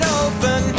open